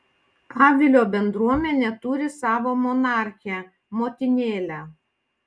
avilio bendruomenė turi savo monarchę motinėlę